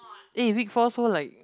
eh week four so like